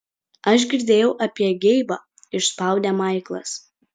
aš girdėjau apie geibą išspaudė maiklas